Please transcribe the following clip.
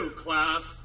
class